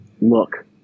look